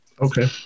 Okay